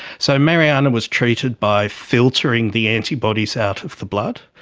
so mariana was treated by filtering the antibodies out of the blood,